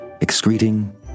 excreting